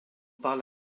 parle